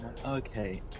Okay